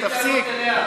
תתביישו.